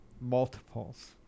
multiples